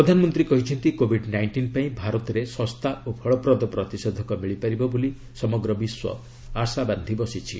ପ୍ରଧାନମନ୍ତ୍ରୀ କହିଛନ୍ତି covid nineteen ପାଇଁ ଭାରତରେ ଶସ୍ତା ଓ ଫଳପ୍ରଦ ପ୍ରତିଷେଧକ ମିଳିପାରିବ ବୋଲି ସମଗ୍ର ବିଶ୍ୱ ଆଶାବାନ୍ଧି ବସିଛି